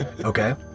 Okay